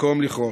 במקום לכרות.